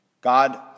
God